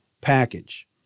package